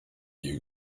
you